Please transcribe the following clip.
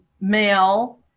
male